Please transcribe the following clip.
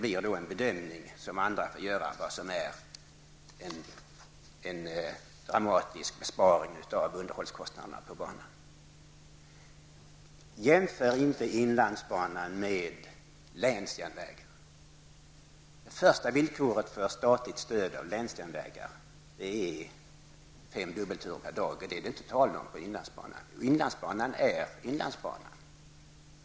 Andra får göra bedömningen av vad som är en dramatisk besparing av underhållskostnaderna på banan. Jämför inte inlandsbanan med länsjärnvägarna. Första villkoret för statligt stöd för länsjärnvägar är fem dubbelturer per dag. Det är det inte tal om på inlandsbanan. Inlandsbanan är inlandsbanan.